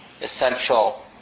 essential